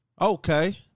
Okay